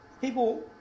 people